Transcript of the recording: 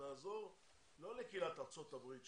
נעזור לא לקהילת ארצות-הברית,